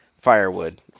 firewood